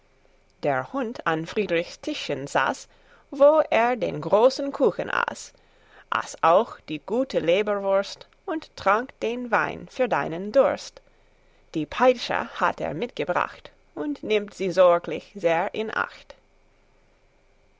der hund an friedrichs tischchen saß wo er den großen kuchen aß aß auch die gute leberwurst und trank den wein für seinen durst die peitsche hat er mitgebracht und nimmt sie sorglich sehr in acht